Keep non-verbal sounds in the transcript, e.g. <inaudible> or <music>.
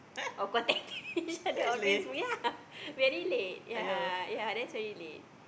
of course <laughs> each other on Facebook ya very late ya ya that's very late